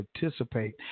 participate